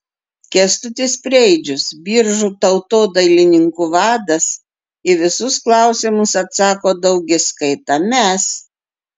kęstutis preidžius biržų tautodailininkų vadas į visus klausimus atsako daugiskaita mes